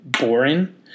boring